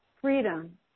freedom